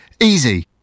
Easy